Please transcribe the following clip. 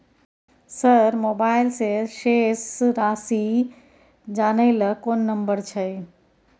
Sir mobile से शेस राशि जानय ल कोन नंबर छै?